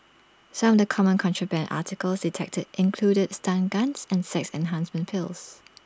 some of the common contraband articles detected included stun guns and sex enhancement pills